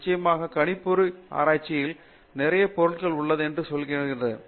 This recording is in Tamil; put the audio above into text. நிச்சயமாக கணிப்பொறி ஆராய்ச்யில் நிறைய பொருட்கள் உள்ளது என்று செல்கிறது